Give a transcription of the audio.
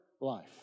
life